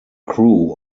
crew